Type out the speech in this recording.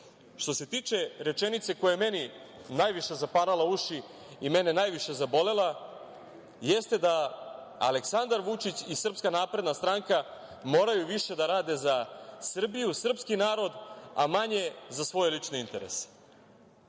se tiče rečenice koja je meni najviše zaparala uši i mene najviše zabolela, jeste da Aleksandar Vučić i SNS moraju više da rade za Srbiju, sprski narod, a manje za svoj lični interes.